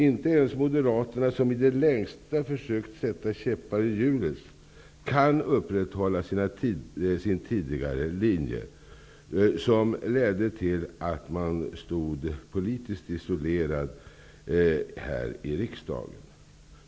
Inte ens Moderaterna, som i det längsta försökt sätta käppar i hjulen, kan upprätthålla sin tidigare linje, som ledde till att de stod politiskt isolerade här i riksdagen.